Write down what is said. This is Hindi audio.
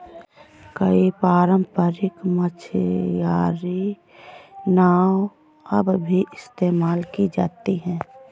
कई पारम्परिक मछियारी नाव अब भी इस्तेमाल की जाती है